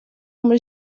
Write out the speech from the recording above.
muri